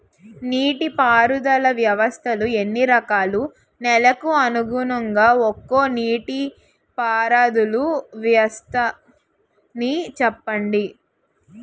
నీటి పారుదల వ్యవస్థలు ఎన్ని రకాలు? నెలకు అనుగుణంగా ఒక్కో నీటిపారుదల వ్వస్థ నీ చెప్పండి?